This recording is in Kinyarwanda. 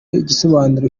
igisobanuro